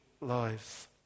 lives